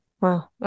Wow